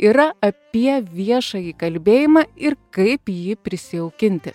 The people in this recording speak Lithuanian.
yra apie viešąjį kalbėjimą ir kaip jį prisijaukinti